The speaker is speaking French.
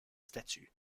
statues